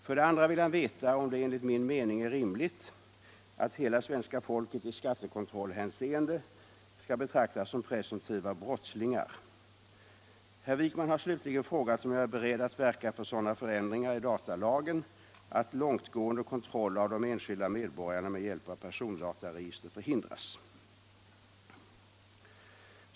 För det andra vill han veta om det enligt min mening är rimligt att hela svenska folket i skattekontrollhänseende skall betraktas som presumtiva brottslingar. Herr Wijkman har slutligen frågat om jag är beredd att verka för sådana förändringar i datalagen att långtgående kontroll av de enskilda medborgarna med hjälp av persondataregister 109 förhindras.